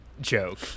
joke